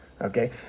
okay